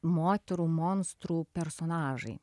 moterų monstrų personažai